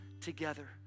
together